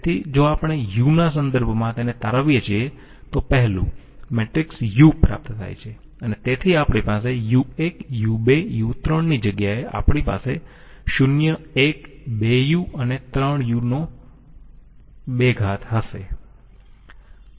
તેથી જો આપણે u ના સંદર્ભમાં તેને તારાવીએ છીએ તો પહેલું મેટ્રિક્સ U પ્રાપ્ત થાય છે અને તેથી આપણી પાસે u1 u2 u3 ની જગ્યાએ આપણી પાસે 0 1 2u અને 3u2 હશે